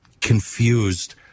confused